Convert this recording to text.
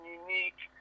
unique